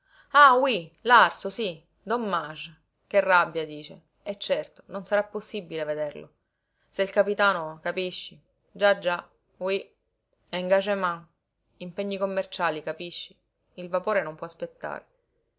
ah oui l'arso sí dommage che rabbia dice eh certo non sarà possibile vederlo se il capitano capisci già già oui engagement impegni commerciali capisci il vapore non può aspettare